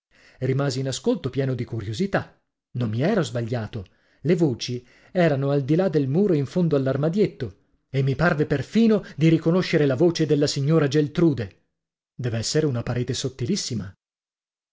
rimasi in ascolto pieno di curiosità non mi ero sbagliato le voci erano al di là del muro in fondo all'armadietto e mi parve perfino di riconoscere la voce della signora geltrude dev'essere una parete sottilissima